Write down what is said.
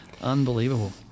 unbelievable